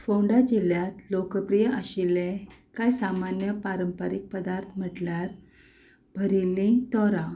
फोंडा जिल्ल्यांत लोकप्रिय आशिल्ले कांय सामान्य पारंपारीक पदार्थ म्हणल्यार भरिल्लीं तोरां